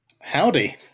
Howdy